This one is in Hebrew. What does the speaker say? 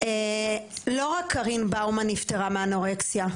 העמק בימים האלה גם מתחיל בעקבות הכשרה אצלנו.